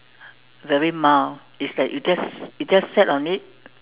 very mild it's that you just you just sat on it